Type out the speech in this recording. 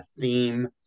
theme